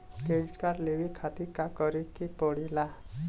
Credit card लेवे खातिर का करे के पड़ेला?